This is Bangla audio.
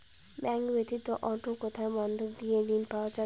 ব্যাংক ব্যাতীত অন্য কোথায় বন্ধক দিয়ে ঋন পাওয়া যাবে?